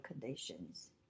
conditions